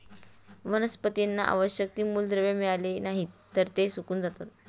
वनस्पतींना आवश्यक ती मूलद्रव्ये मिळाली नाहीत, तर ती सुकून जातात